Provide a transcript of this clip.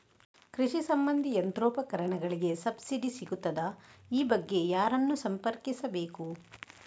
ಕೃಷಿ ಸಂಬಂಧಿ ಯಂತ್ರೋಪಕರಣಗಳಿಗೆ ಸಬ್ಸಿಡಿ ಸಿಗುತ್ತದಾ? ಈ ಬಗ್ಗೆ ಯಾರನ್ನು ಸಂಪರ್ಕಿಸಬೇಕು?